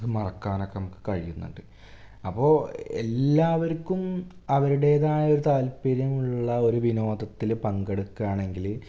അത് മറക്കാനൊക്കെ നമ്മള്ക്ക് കഴിയുന്നുണ്ട് അപ്പോള് എല്ലാവര്ക്കും അവരുടേതായ താല്പര്യമുള്ള ഒരു വിനോദത്തില് പങ്കെടുക്കാണെങ്കില്